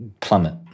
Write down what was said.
plummet